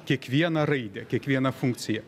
kiekvieną raidę kiekvieną funkciją